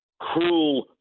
cruel